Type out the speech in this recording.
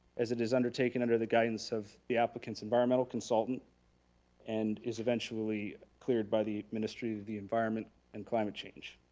as it is undertaken under the guidance of the applicant's environmental consultant and is eventually cleared by the ministry of the environment and climate change.